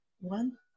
One